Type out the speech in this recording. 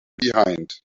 behind